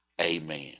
Amen